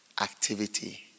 activity